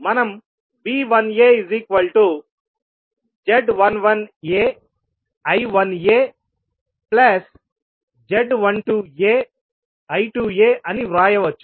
మనం V1az11aI1az12aI2aఅని వ్రాయవచ్చు